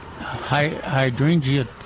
hydrangea